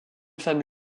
femme